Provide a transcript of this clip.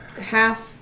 Half